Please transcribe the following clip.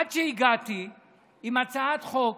עד שהגעתי עם הצעת חוק